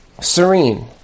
serene